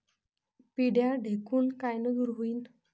पिढ्या ढेकूण कायनं दूर होईन?